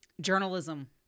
journalism